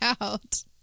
out